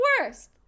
worst